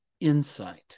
insight